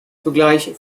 zugleich